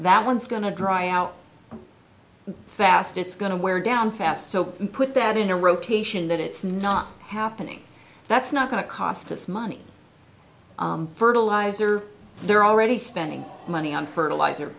that one's going to dry out fast it's going to wear down fast so put that in a rotation that it's not happening that's not going to cost us money fertilizer they're already spending money on fertilizer